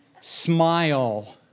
smile